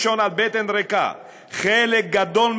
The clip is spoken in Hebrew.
נועדה ליצור תוכנית לפעילות חינוכית מסודרת